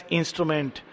instrument